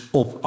op